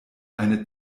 eine